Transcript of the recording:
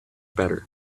better